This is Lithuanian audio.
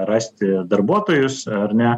rasti darbuotojus ar ne